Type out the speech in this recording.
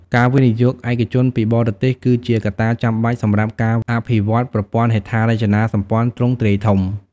ការវិនិយោគឯកជនពីបរទេសគឺជាកត្តាចាំបាច់សម្រាប់ការអភិវឌ្ឍប្រព័ន្ធហេដ្ឋារចនាសម្ព័ន្ធទ្រង់ទ្រាយធំ។